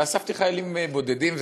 ואספתי חיילים בודדים,